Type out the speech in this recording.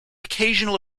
occasional